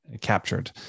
captured